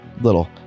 little